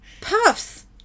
puffs